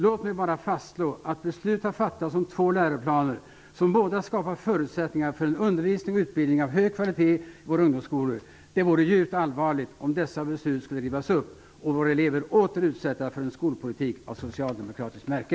Låt mig bara fastslå att beslut har fattats om två läroplaner som båda skapar förutsättningar för en undervisning och utbildning av hög kvalitet i våra ungdomsskolor. Det vore djupt allvarligt om dessa beslut skulle rivas upp och våra elever åter utsättas för en skolpolitik av socialdemokratiskt märke.